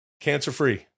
Cancer-free